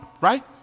right